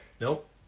Nope